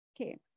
Okay